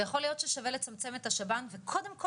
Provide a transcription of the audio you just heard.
ויכול להיות ששווה לצמצם את השב"ן וקודם כל